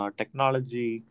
technology